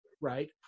right